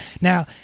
Now